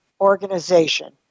organization